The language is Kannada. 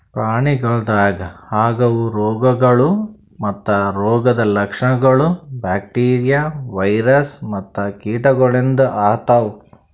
ಪ್ರಾಣಿಗೊಳ್ದಾಗ್ ಆಗವು ರೋಗಗೊಳ್ ಮತ್ತ ರೋಗದ್ ಲಕ್ಷಣಗೊಳ್ ಬ್ಯಾಕ್ಟೀರಿಯಾ, ವೈರಸ್ ಮತ್ತ ಕೀಟಗೊಳಿಂದ್ ಆತವ್